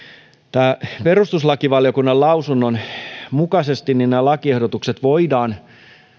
perustuslakivaliokunnan lausunnon mukaisesti nämä lakiehdotukset voidaan